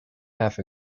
half